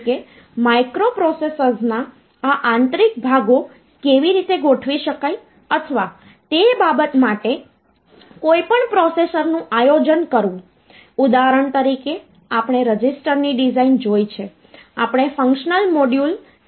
calculator જેવી ખૂબ જ નાની એપ્લિકેશનથી શરૂ કરીને પછી તે સેલ ફોન અને જ્યાં સુધી આપણને સુપર કમ્પ્યુટર જેવા ઉચ્ચતમ કમ્પ્યુટીંગ પ્લેટફોર્મ મળે ત્યાં સુધી તેનો ઉપયોગ થાય છે